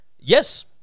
Yes